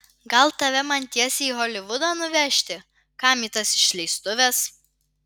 gal tave man tiesiai į holivudą nuvežti kam į tas išleistuves